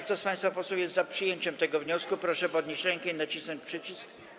Kto z państwa posłów jest za przyjęciem tego wniosku, proszę podnieść rękę i nacisnąć przycisk.